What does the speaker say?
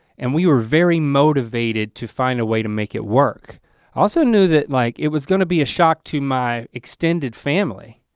and we were very motivated to find a way to make it work. i also knew that like it was gonna be a shock to my extended family.